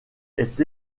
est